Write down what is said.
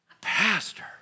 pastor